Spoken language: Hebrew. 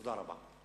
תודה רבה.